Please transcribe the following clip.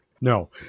No